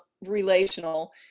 relational